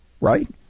right